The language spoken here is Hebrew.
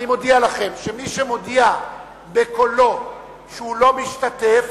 אני מודיע לכם שמי שמודיע בקולו שהוא לא משתתף,